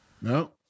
No